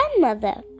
grandmother